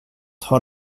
har